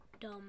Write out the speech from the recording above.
Dumb